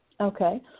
Okay